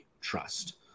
trust